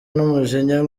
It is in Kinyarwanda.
n’umujinya